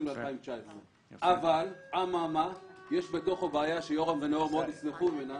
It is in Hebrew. בשנת 2019. אבל יש בתוכו בעיה שיורם ונאור מאוד ישמחו ממנה,